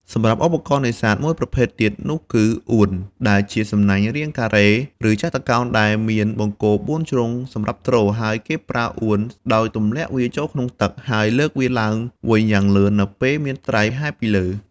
សម្រាប់់ឧបករណ៍នេសាទមួយប្រភេទទៀតនោះគឺ អួន ដែលជាសំណាញ់រាងការ៉េ ឬចតុកោណដែលមានបង្គោលបួនជ្រុងសម្រាប់ទ្រ ហើយគេប្រើ អួន ដោយទម្លាក់វាចូលក្នុងទឹក ហើយលើកវាឡើងវិញយ៉ាងលឿននៅពេលមានត្រីហែលពីលើ។